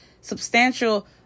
substantial